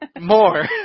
more